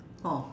oh